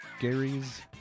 Gary's